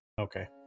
Okay